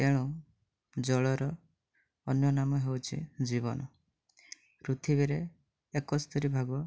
ତେଣୁ ଜଳର ଅନ୍ୟ ନାମ ହେଉଛି ଜୀବନ ପୃଥିବୀରେ ଏକସ୍ତରୀ ଭାଗ